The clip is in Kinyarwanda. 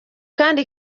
kandi